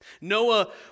Noah